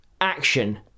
action